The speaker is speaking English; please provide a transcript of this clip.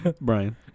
Brian